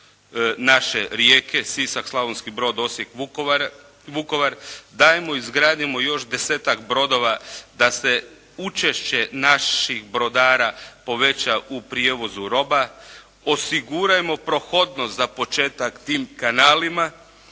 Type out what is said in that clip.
naše rijeke, Sisak, Slavonski brod, Osijek, Vukovar, dajmo, izgradimo još desetak brodova da se učešće naših brodara poveća u prijevozu roba, osigurajmo prohodnost za početak tim kanalima